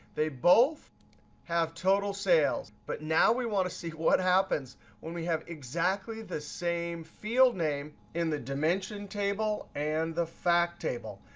they both have total sales. but now we want to see what happens when we have exactly the same field name in the dimension table and the fact table.